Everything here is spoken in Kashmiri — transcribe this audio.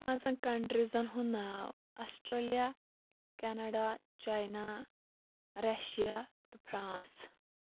پانٛژَن کَنٹریزَن ہُنٛد ناو Australia Canada China Russia France